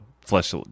flesh